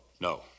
No